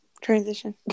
transition